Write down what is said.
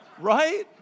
right